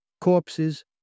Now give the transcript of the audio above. Corpses